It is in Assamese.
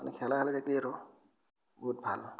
মানে খেলা খেলি থাকলি আৰু বহুত ভাল